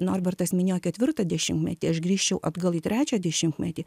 norbertas minėjo ketvirtą dešimtmetį aš grįžčiau atgal į trečią dešimtmetį